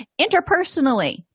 Interpersonally